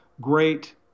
great